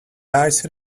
ice